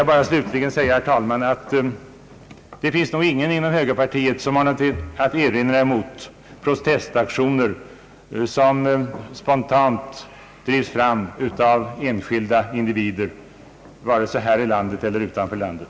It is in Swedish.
Jag vill slutligen framhålla, herr talman, att det nog inte finns någon inom högerpartiet som har någonting att erinra mot protestaktioner, som spontant drivs fram av enskilda individer vare sig det sker här i landet eller utanför landet.